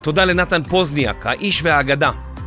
תודה לנתן פוזניאק האיש והאגדה